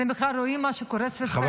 אתם בכלל רואים מה שקורה סביבכם?